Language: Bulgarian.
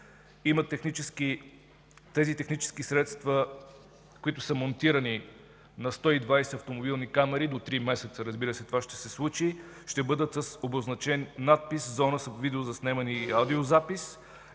Тези технически средства, които са монтирани на 120 автомобилни камери, до 3 месеца това ще се случи, ще бъдат с обозначен надпис, зона за видеозаснемане и аудиозапис.